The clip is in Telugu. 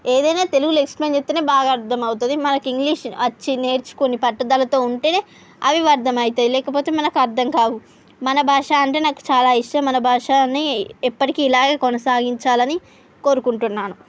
ఏదైనా తెలుగులో ఎక్స్ప్లైన్ చేస్తేనే బాగా అర్థమవుతుంది మనకి ఇంగ్లీష్ వచ్చి నేర్చుకొని పట్టుదలతో ఉంటేనే అవి వర్థమయితాయి లేకపోతే మనకర్థం కావు మన భాష అంటే నాకు చాలా ఇష్టం మన భాష అని ఎప్పటికీ ఇలాగే కొనసాగించాలని కోరుకుంటున్నాను